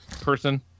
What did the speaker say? person